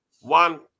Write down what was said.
one